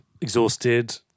exhausted